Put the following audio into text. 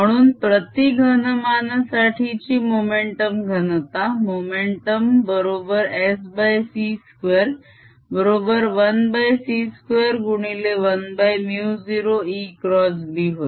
म्हणूनप्रती घनमानासाठीची मोमेंटम घनता मोमेंटम बरोबर Sc2 बरोबर 1c2 गुणिले 1μ0 E क्रॉस B होय